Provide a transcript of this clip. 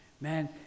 man